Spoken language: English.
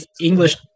English